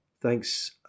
thanks